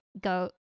go